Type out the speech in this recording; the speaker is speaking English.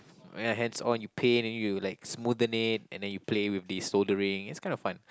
ya hands-on you paint and you like smoothen it and then you play with the soldering that's kind of fun